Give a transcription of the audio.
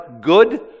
good